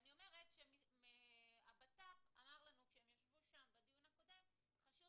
אני אומרת שהבט"פ אמר לנו בדיון הקודם שחשוב